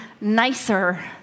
nicer